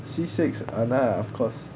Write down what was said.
C six !hanna! of course